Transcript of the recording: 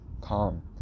calm